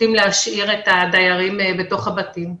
שנוטים להשאיר את הדיירים בתוך הבתים.